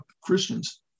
Christians